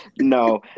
No